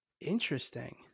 Interesting